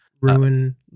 Ruin